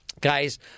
guys